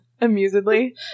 amusedly